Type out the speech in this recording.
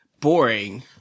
boring